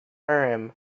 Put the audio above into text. urim